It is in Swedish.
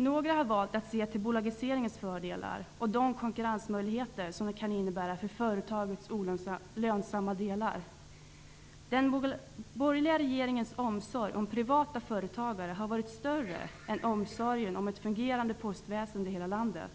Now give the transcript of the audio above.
Några har valt att se till bolagiseringens fördelar och de konkurrensmöjligheter som den kan innebära för företagets lönsamma delar. Den borgerliga regeringens omsorg om privata företagare har varit större än omsorgen om ett fungerande postväsende i hela landet.